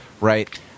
right